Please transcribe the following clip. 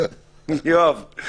יואב,